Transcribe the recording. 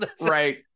Right